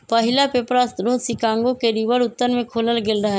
पहिला पेपर स्रोत शिकागो के रिवर उत्तर में खोलल गेल रहै